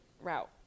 route